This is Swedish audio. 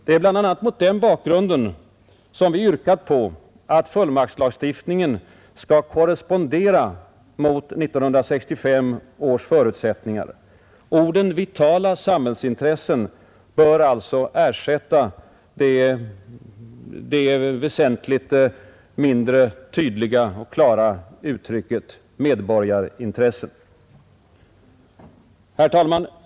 Det är bl.a. mot den bakgrunden som vi yrkat på att fullmaktslagstiftningen skall korrespondera mot 1965 års förutsättningar. Orden ”vitala samhällsintressen” bör alltså ersätta det betydligt mindre tydliga uttrycket ”väsentliga medborgarintressen”. Herr talman!